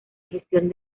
gestión